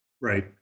Right